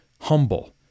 humble